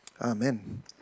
amen